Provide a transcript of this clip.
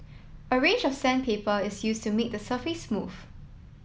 a range of sandpaper is used to make the surface smooth